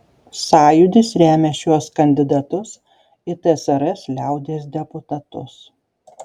sąjūdis remia šiuos kandidatus į tsrs liaudies deputatus